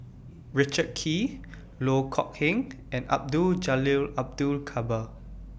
Richard Kee Loh Kok Heng and Abdul Jalil Abdul Kadir